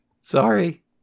Sorry